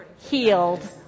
healed